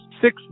six